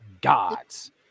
gods